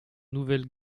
nouvelle